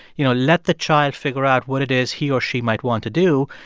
you know, let the child figure out what it is he or she might want to do,